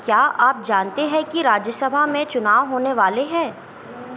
क्या आप जानते हैं कि राज्यसभा में चुनाव होने वाले हैं